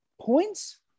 Points